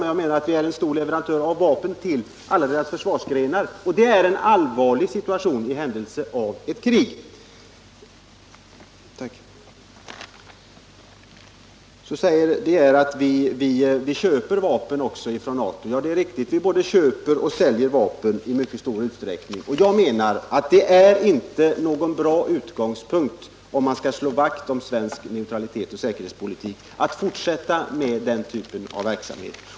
Vi är en stor leverantör av vapen, och det är en allvarlig situation i händelse av ett krig. Vidare säger Lars DE Geer att vi också köper vapen från NATO. Det är riktigt. Vi både köper och säljer vapen i mycket stor utsträckning. Och jag menar att det inte är bra att fortsätta med den typen av verksamhet, om man vill slå vakt om svensk neutralitetsoch säkerhetspolitik.